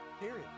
period